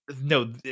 No